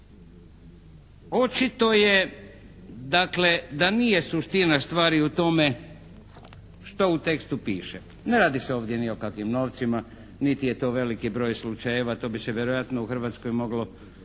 Očito je dakle da nije suština stvari u tome što u tekstu piše. Ne radi se ovdje ni o kakvim novcima, niti je to veliki broj slučajeva. To bi se vjerojatno u Hrvatskoj moglo